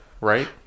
right